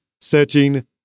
searching